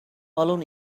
along